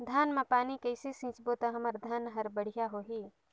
धान मा पानी कइसे सिंचबो ता हमर धन हर बढ़िया होही?